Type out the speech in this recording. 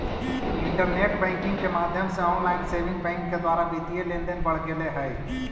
internet banking के माध्यम से ऑनलाइन सेविंग बैंक के द्वारा वित्तीय लेनदेन बढ़ गेले हइ